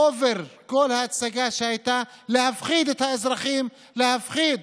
הכול הצגה להפחיד את האזרחים, להפחיד